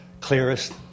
clearest